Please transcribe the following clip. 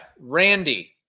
Randy